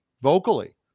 vocally